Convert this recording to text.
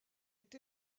est